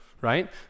right